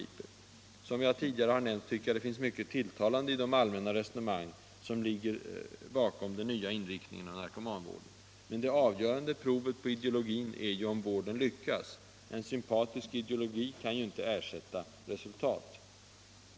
Som jag tidigare nämnt tycker jag att det finns mycket tilltalande i de allmänna resonemang som ligger till grund för den nya inriktningen av narkomanvården. Men det avgörande provet på ideologin är ju om vården lyckas. En sympatisk ideologi kan inte ersätta resultat.